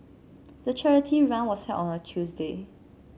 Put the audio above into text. the charity run was held on Tuesday